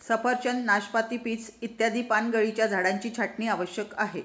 सफरचंद, नाशपाती, पीच इत्यादी पानगळीच्या झाडांची छाटणी आवश्यक आहे